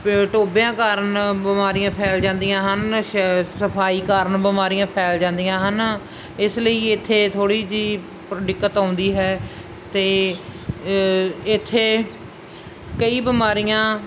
ਪ ਟੋਬਿਆਂ ਕਾਰਨ ਬਿਮਾਰੀਆਂ ਫੈਲ ਜਾਂਦੀਆਂ ਹਨ ਸ਼ ਸਫਾਈ ਕਾਰਨ ਬਿਮਾਰੀਆਂ ਫੈਲ ਜਾਂਦੀਆਂ ਹਨ ਇਸ ਲਈ ਇੱਥੇ ਥੋੜ੍ਹੀ ਜਿਹੀ ਪਰ ਦਿੱਕਤ ਆਉਂਦੀ ਹੈ ਅਤੇ ਇੱਥੇ ਕਈ ਬਿਮਾਰੀਆਂ